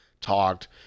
Talked